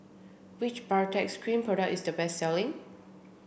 which Baritex Cream product is the best selling